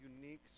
unique